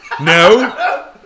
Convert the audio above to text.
No